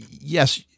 yes